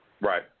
Right